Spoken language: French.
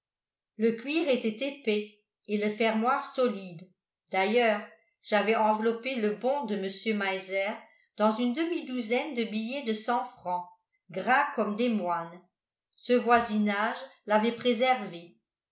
le cuir était épais et le fermoir solide d'ailleurs j'avais enveloppé le bon de mr meiser dans une demi-douzaine de billets de cent francs gras comme des moines ce voisinage l'avait préservé